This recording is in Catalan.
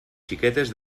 xiquetes